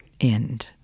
end